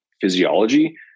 physiology